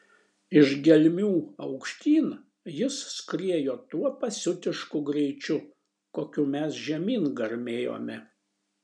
iš gelmių aukštyn jis skriejo tuo pasiutišku greičiu kokiu mes žemyn garmėjome